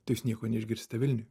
tai jūs nieko neišgirsite vilniuj